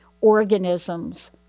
organisms